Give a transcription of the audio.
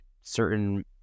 certain